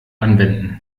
anwenden